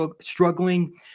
struggling